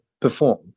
perform